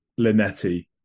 Linetti